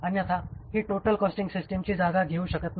अन्यथा ही total costing सिस्टिमची जागा घेऊ शकत नाही